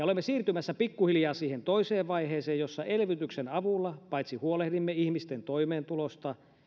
olemme siirtymässä pikkuhiljaa siihen toiseen vaiheeseen jossa elvytyksen avulla paitsi huolehdimme ihmisten toimeentulosta